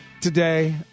today